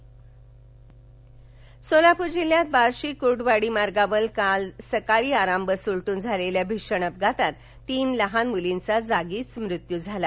अपघात सोलापूर जिल्ह्यात बार्शी कुर्डवाडी मार्गावर काल सकाळी आराम बस उलटून झालेल्या भीषण अपघातात तीन लहान मुलींचा जागीच मृत्यू झाला